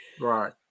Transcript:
right